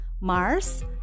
Mars